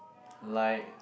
like